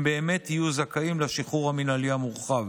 הם באמת יהיו זכאים לשחרור המינהלי המורחב.